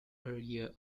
area